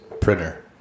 printer